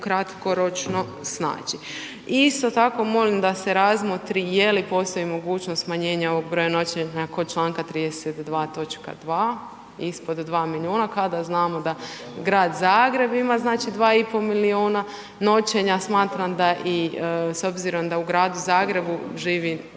kratkoročno snaći. Isto tako molim da se razmotri je li postoji mogućnost smanjenja ovog broja noćenja kod članka 32. točka 2. ispod 2 milijuna. Kada znamo da Grad Zagreb ima znači 2 i pol milijuna noćenja smatram da i s obzirom da u Gradu Zagrebu živi